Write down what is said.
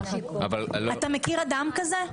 אתה מכיר אדם כזה?